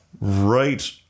right